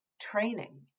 training